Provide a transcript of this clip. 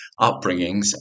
upbringings